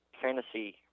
fantasy